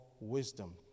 wisdom